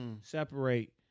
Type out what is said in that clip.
separate